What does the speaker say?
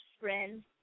friend